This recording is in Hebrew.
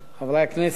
חברי הכנסת,